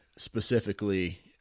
specifically